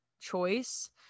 choice